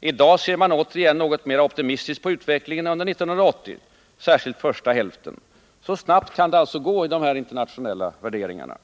I dag ser man återigen något mer optimistiskt på utvecklingen under 1980 — särskilt första hälften. Så snabbt kan det alltså gå i de här internationella värderingarna.